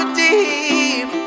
deep